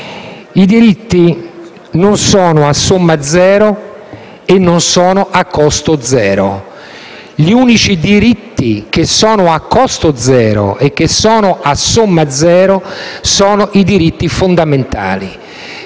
I diritti non sono a somma zero e non sono a costo zero. Gli unici diritti a costo zero e a somma zero sono i diritti fondamentali,